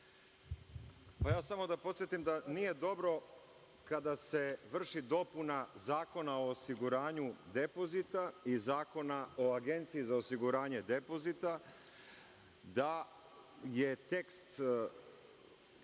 Samo da podsetim da nije dobro kada se vrši dopuna Zakona o osiguranju depozita i Zakon o Agenciji za osiguranje depozita, da je tekst predložene